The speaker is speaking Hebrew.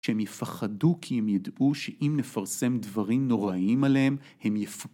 שהם יפחדו כי הם ידעו שאם נפרסם דברים נוראיים עליהם הם יפחדו.